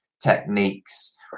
techniques